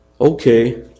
Okay